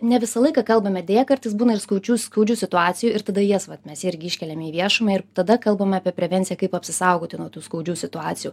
ne visą laiką kalbame deja kartais būna ir skaudžių skaudžių situacijų ir tada jas vat mes irgi iškeliame į viešumą ir tada kalbame apie prevenciją kaip apsisaugoti nuo tų skaudžių situacijų